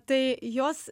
tai jos